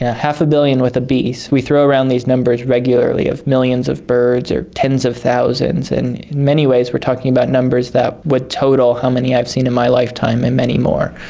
half a billion with a b. we throw around these numbers regularly of millions of birds, or tens of thousands in many ways we're talking about numbers that would total how many i've seen in my lifetime and many more.